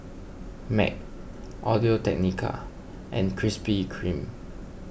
Mac Audio Technica and Krispy Kreme